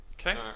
okay